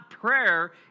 Prayer